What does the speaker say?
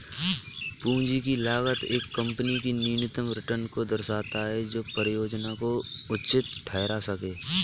पूंजी की लागत एक कंपनी के न्यूनतम रिटर्न को दर्शाता है जो परियोजना को उचित ठहरा सकें